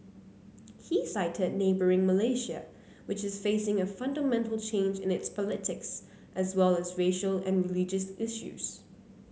he cited neighbouring Malaysia which is facing a fundamental change in its politics as well as racial and religious issues